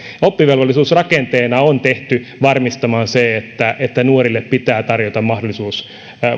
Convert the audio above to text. oppivelvollisuus rakenteena on tehty varmistamaan se että että nuorille pitää tarjota mahdollisuus